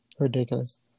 Ridiculous